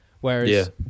whereas